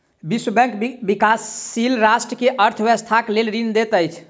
विश्व बैंक विकाशील राष्ट्र के अर्थ व्यवस्थाक लेल ऋण दैत अछि